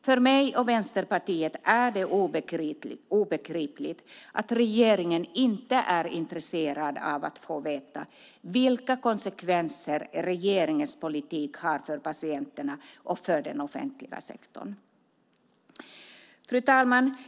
För mig och Vänsterpartiet är det obegripligt att regeringen inte är intresserad av att få veta vilka konsekvenser regeringens politik har för patienterna och för den offentliga sektorn. Fru talman!